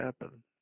happen